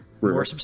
more